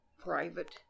private